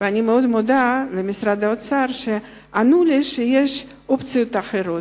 ואני מאוד מודה למשרד האוצר שענו לי שיש אופציות אחרות.